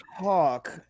talk